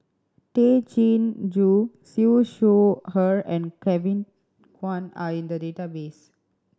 Tay Chin Joo Siew Shaw Her and Kevin Kwan are in the database